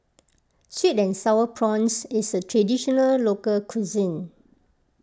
Sweet and Sour Prawns is a Traditional Local Cuisine